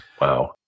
Wow